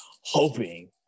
hoping